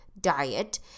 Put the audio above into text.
diet